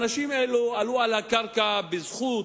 האנשים האלה עלו על הקרקע בזכות,